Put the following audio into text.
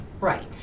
Right